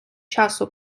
часу